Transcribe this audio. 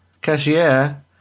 cashier